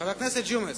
חבר הכנסת ג'ומס,